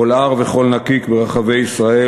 כל הר וכל נקיק ברחבי ישראל,